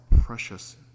precious